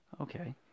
Okay